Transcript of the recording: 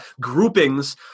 groupings